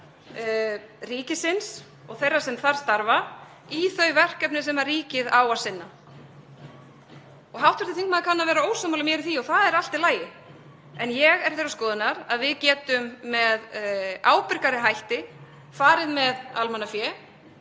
ríkisins og þeirra sem þar starfa í þau verkefni sem ríkið á að sinna. Hv. þingmaður kann að vera ósammála mér í því og það er allt í lagi. En ég er þeirrar skoðunar að við getum með ábyrgari hætti farið með almannafé